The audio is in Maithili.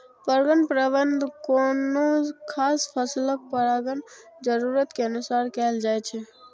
परगण प्रबंधन कोनो खास फसलक परागण जरूरत के अनुसार कैल जाइ छै